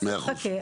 חכה,